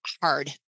hard